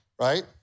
Right